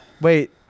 wait